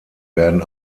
werden